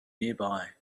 nearby